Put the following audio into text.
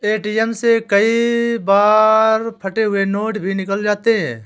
ATM से कई बार फटे हुए नोट भी निकल जाते हैं